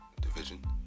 division